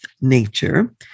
nature